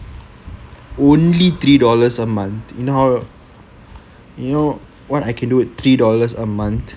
only three dollars a month you know what I can do with three dollars a month